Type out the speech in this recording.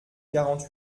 quarante